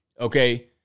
Okay